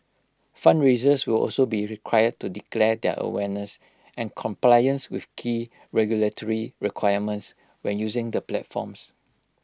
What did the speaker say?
fundraisers will also be required to declare their awareness and compliance with key regulatory requirements when using the platforms